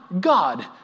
God